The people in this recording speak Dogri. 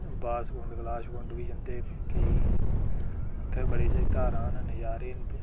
बासकुंड कैलाशकुंड बी जंदे केईं उत्थै बड़ियां धारां न नज़ारे न